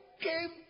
came